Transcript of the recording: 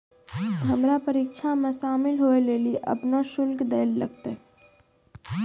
हमरा परीक्षा मे शामिल होय लेली अपनो शुल्क दैल लागतै